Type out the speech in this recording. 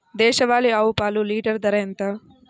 దేశవాలీ ఆవు పాలు లీటరు ధర ఎంత?